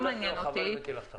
לא מעניין אותי.